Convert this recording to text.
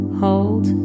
hold